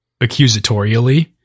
accusatorially